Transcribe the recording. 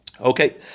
okay